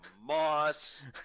moss